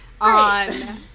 on